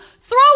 throw